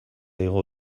igo